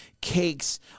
cakes